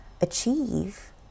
achieve